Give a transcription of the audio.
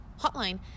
hotline